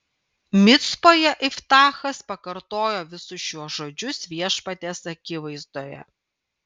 micpoje iftachas pakartojo visus šiuos žodžius viešpaties akivaizdoje